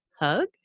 hug